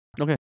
Okay